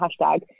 hashtag